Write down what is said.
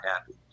happy